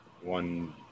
one